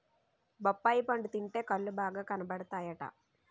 బొప్పాయి పండు తింటే కళ్ళు బాగా కనబడతాయట